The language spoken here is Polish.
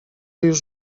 już